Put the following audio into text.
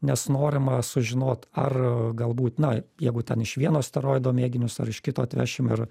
nes norima sužinot ar galbūt na jeigu ten iš vieno asteroido mėginius ar iš kito atvešim ir